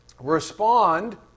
respond